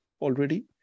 already